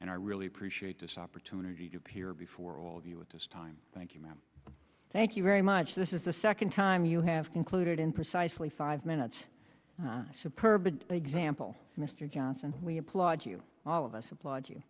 and i really appreciate this opportunity to appear before all of you at this time thank you ma'am thank you very much this is the second time you have concluded in precisely five minutes per example mr johnson we applaud you all of us applaud you